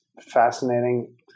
fascinating